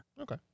Okay